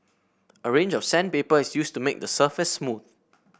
a range of sandpaper is used to make the surface smooth